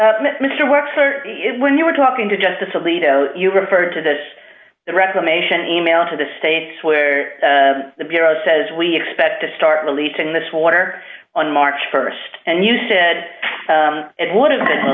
is when you were talking to justice alito you referred to this the reclamation e mail to the states where the bureau says we expect to start releasing this water on march st and you said it one of the